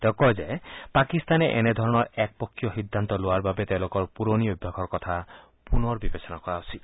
তেওঁ কয় যে পাকিস্তানে এনে ধৰণৰ একপক্ষীয় সিদ্ধান্ত লোৱাৰ বাবে তেওঁলোকৰ পুৰণি অভ্যাসৰ কথা পুনৰ বিবেচনা কৰা উচিত